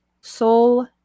Soul